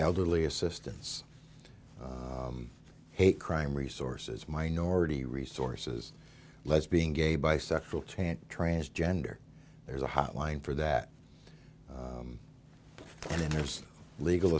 elderly assistance hate crime resources minority resources lesbian gay bisexual tant transgender there's a hotline for that and then there's legal